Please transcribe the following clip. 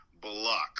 block